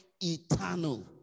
eternal